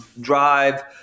drive